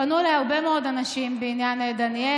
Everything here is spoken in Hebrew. פנו אליי הרבה מאוד אנשים בעניין דניאל,